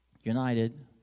United